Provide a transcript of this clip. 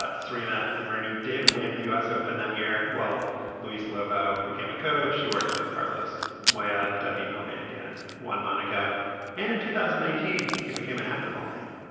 ah serena and many did win the u s. open that year while lewis lobo became a coach you worked with carlos where david nalbandian won monaco and in two thousand and nineteen he became an after ball name.